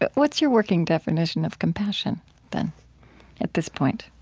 but what's your working definition of compassion then at this point?